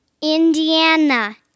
Indiana